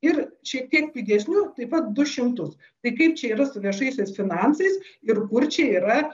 ir šiek tiek pigesnių taip pat du šimtus tai kaip čia yra su viešaisiais finansais ir kur čia yra